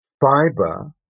fiber